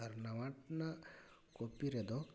ᱟᱨ ᱱᱟᱣᱟ ᱴᱷᱮᱱᱟᱜ ᱠᱳᱯᱤ ᱨᱮᱫᱚ